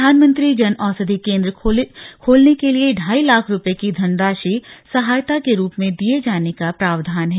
प्रधानमंत्री जन औषधि केंद्र खोलने के लिए ढ़ाई लाख रुपये की धनराशि सहायता के रूप में दिए जाने का प्रावधान है